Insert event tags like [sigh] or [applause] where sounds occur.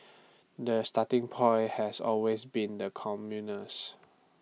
[noise] the starting point has always been the commuters